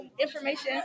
information